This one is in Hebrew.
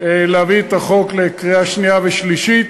להביא את החוק לקריאה שנייה ושלישית.